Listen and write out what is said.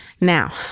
Now